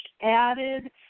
added